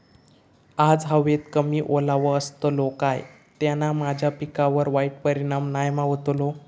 आज हवेत कमी ओलावो असतलो काय त्याना माझ्या पिकावर वाईट परिणाम नाय ना व्हतलो?